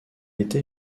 était